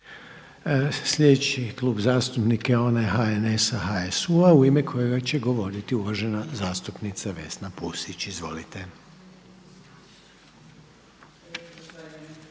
Sljedeći klub zastupnika je onaj HNS-HSU-a u ime kojega će govoriti uvažena zastupnica Vesna Pusić. Izvolite.